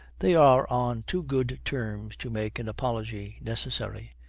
they are on too good terms to make an apology necessary.